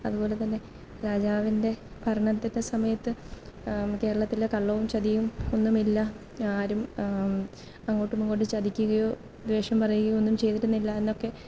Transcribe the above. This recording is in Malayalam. അതുപോലെതന്നെ രാജാവിൻ്റെ ഭരണത്തിൻ്റെ സമയത്ത് കേരളത്തില് കള്ളവും ചതിയും ഒന്നുമില്ല ആരും അങ്ങോട്ടുമിങ്ങോട്ടും ചതിക്കുകയോ ദേഷ്യം പറയുകയോ ഒന്നും ചെയ്തിരുന്നില്ല എന്നൊക്കെ